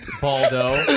Baldo